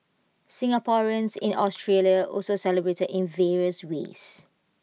Singaporeans in Australia also celebrated in various ways